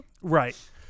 Right